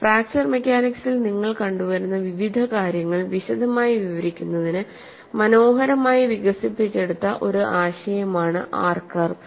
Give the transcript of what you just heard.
fracture മെക്കാനിക്സിൽ നിങ്ങൾ കണ്ടുവരുന്ന വിവിധ കാര്യങ്ങൾ വിശദമായി വിവരിക്കുന്നതിന് മനോഹരമായി വികസിപ്പിച്ചെടുത്ത ഒരു ആശയമാണ് ആർ കർവ്